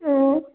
ఆ